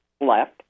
left